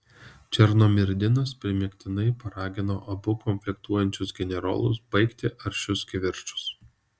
černomyrdinas primygtinai paragino abu konfliktuojančius generolus baigti aršius kivirčus